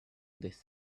this